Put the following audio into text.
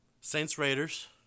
Saints-Raiders